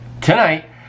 tonight